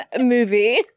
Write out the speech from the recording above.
Movie